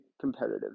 competitive